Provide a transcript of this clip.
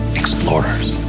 explorers